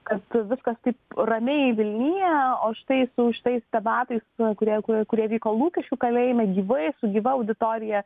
kad viskas taip ramiai vilniuje o štai su šitais debatai kurie kurie vyko lukiškių kalėjime gyvai su gyva auditorija